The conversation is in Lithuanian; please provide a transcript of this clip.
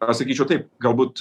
aš sakyčiau taip galbūt